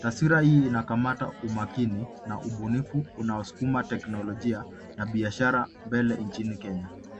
Taswira hii inakamata umakini na ubunifu unaosukuma teknolojia na biashara mbele nchini kenya.